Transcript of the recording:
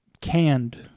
canned